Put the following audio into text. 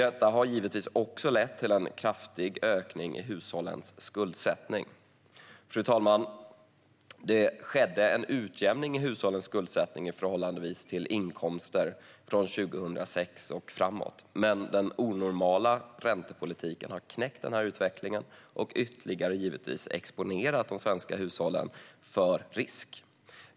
Detta har givetvis också lett till en kraftig ökning av hushållens skuldsättning. Fru talman! Det skedde en utjämning i hushållens skuldsättning i förhållande till inkomster från 2006 och framåt. Men den onormala räntepolitiken har knäckt denna utveckling och givetvis ytterligare exponerat de svenska hushållen för risk.